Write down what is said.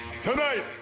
Tonight